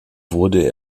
wurde